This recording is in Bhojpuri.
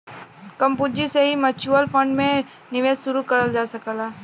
कम पूंजी से भी म्यूच्यूअल फण्ड में निवेश शुरू करल जा सकला